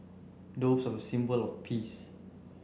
doves are a symbol of peace